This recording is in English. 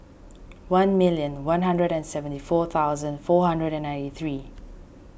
one million one hundred and seventy four thousand four hundred and ninety three